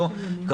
נבדוק.